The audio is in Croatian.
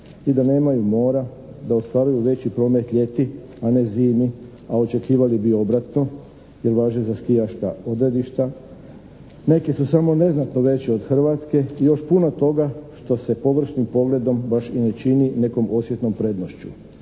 I da nemaju mora, da ostvaruju veći promet ljeti, a ne zimi, a očekivali bi obratno jer važe za skijaška odredišta, neki su samo neznatno veći od Hrvatske i još puno toga što se površnim pogledom baš i ne čini nekom osjetnom prednošću,